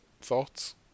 thoughts